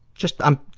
just, i'm,